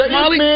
Molly